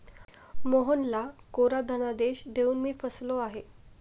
मोहनला कोरा धनादेश देऊन मी फसलो आहे